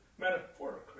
metaphorically